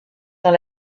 dans